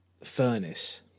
furnace